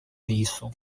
лісу